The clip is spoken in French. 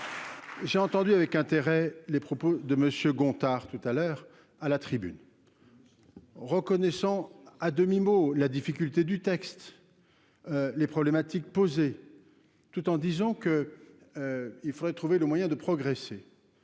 J'ai entendu avec intérêt les propos de Monsieur Gontard tout à l'heure à la tribune, reconnaissant à demi-mot la difficulté du texte, les problématiques posées tout en disant que, il faudrait trouver le moyen de progresser,